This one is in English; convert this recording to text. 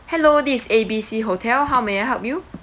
hello this A B C hotel how may I help you